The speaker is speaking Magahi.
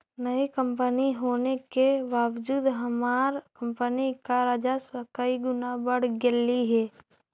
नई कंपनी होने के बावजूद हमार कंपनी का राजस्व कई गुना बढ़ गेलई हे